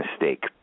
mistake